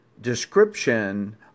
description